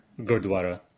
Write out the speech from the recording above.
Gurdwara